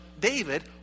David